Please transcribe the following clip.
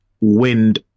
wind